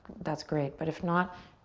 that's great. but if not,